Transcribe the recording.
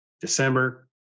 December